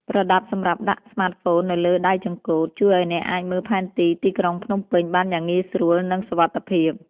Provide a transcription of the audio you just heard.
ប្រដាប់សម្រាប់ដាក់ស្មាតហ្វូននៅលើដៃចង្កូត ជួយឱ្យអ្នកអាចមើលផែនទីទីក្រុងភ្នំពេញបានយ៉ាងងាយស្រួល និងសុវត្ថិភាព។